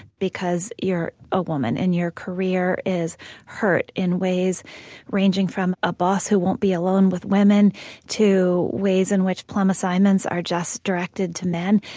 because you're a woman, and your career is hurt in ways ranging from a boss who won't be alone with women to ways in which plum assignments are just directed to men.